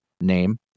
name